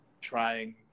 trying